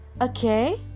Okay